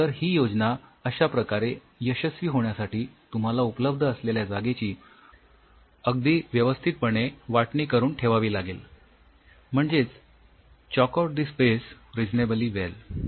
तर ही योजना अश्या प्रकारे यशस्वी होण्यासाठी तुम्हाला उपलब्ध असलेल्या जागेची अगदी व्यवस्थितपणे वाटणी करून ठेवावी लागेल म्हणजेच chalk out the space reasonably well